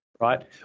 Right